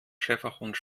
schäferhund